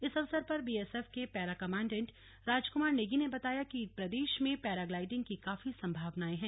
इस अवसर पर बीएसएफ के पैरा कमाडेंट राजकुमार नेगी ने बताया कि प्रदेश में पैराग्लाइडिंग की काफी संभावनाएं हैं